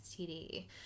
STD